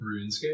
RuneScape